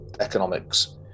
economics